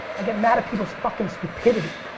i get mad at people's fucking stupidity.